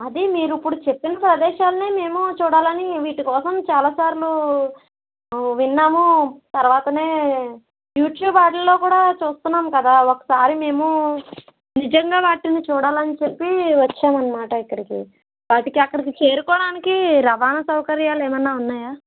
అది మీరు ఇప్పుడు చెప్పిన ప్రదేశాల్నే మేము చూడాలని వీటి కోసం చాలా సార్లు విన్నాము తర్వాతనే యుట్యూబ్ వాటిల్లో కూడా చూస్తున్నాం కదా ఒకసారి మేము నిజంగా వాటిని చూడాలని చెప్పి వచ్చాము అని మాట ఇక్కడికి వాటికి అక్కడికి చేరుకోడానికి రవాణా సౌకర్యలు ఏమన్నా ఉన్నాయా